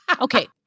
Okay